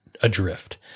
adrift